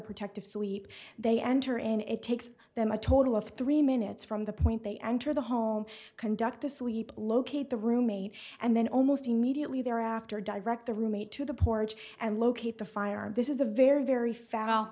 protective sweep they enter and it takes them a total of three minutes from the point they enter the home conduct the sweep locate the roommate and then almost immediately thereafter direct the roommate to the porch and locate the fire and this is a very very fo